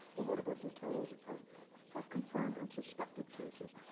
but what about the totals of of confirmed and suspected cases?